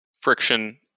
friction